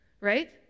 right